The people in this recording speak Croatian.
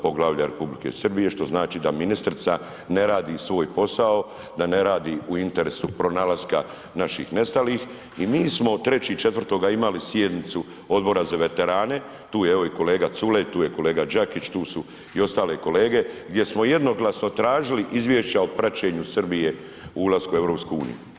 Poglavlja Republike Srbije što znači da ministrica ne radi svoj posao, da ne radi u interesu pronalaska naših nestalih i mi smo 3.4. imali sjednicu Odbora za veterane, tu je evo i kolega Culej, tu je kolega Đakić, tu su i ostale kolege gdje smo jednoglasno tražili izvješća o praćenju Srbije o ulasku u EU.